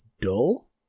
dull